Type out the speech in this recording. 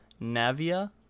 Navia